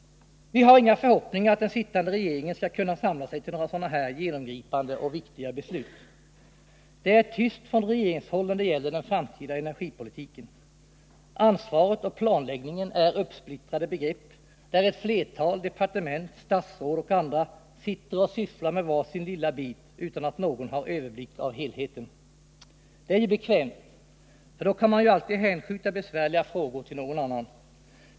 Vi har inga förhoppningar att den sittande regeringen skall kunna samla sig till några sådana genomgripande och viktiga beslut. Det är tyst från regeringshåll när det gäller den framtida energipolitiken. Ansvar och planläggning är uppsplittrade begrepp, och ett flertal departement, statsråd och andra sitter och sysslar med var sin lilla bit utan att någon har överblick över helheten. Det är ju bekvämt, för då kan man alltid hänskjuta besvärliga frågor till någon annan.